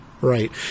Right